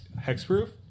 hexproof